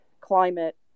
climate